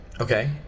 Okay